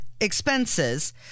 Expenses